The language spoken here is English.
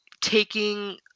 taking